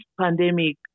pandemic